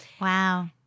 Wow